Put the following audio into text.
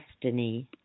destiny